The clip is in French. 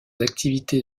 activités